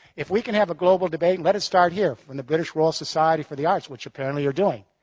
if we can have a global debate, let it start here, from the british royal society for the arts, which apparently, you're doing,